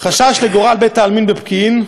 "חשש לגורל בית-העלמין בפקיעין.